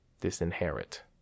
Disinherit